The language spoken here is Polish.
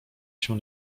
się